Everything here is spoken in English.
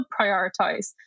prioritize